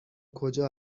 کجا